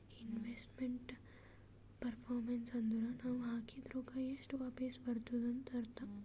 investment performance ಅಂದುರ್ ನಾವ್ ಹಾಕಿದ್ ರೊಕ್ಕಾ ಎಷ್ಟ ವಾಪಿಸ್ ಬರ್ತುದ್ ಅಂತ್ ಅರ್ಥಾ